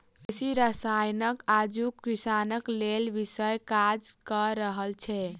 कृषि रसायन आजुक किसानक लेल विषक काज क रहल छै